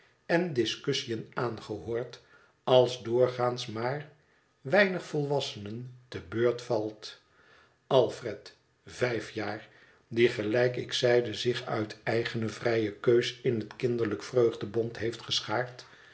en discussiën aangehoord als doorgaans maar weinig volwassenen te beurt valt alfred vijfjaar die gelijk ik zeide zich uit eigene vrije keus in het kinderlijk vreugdebond heeft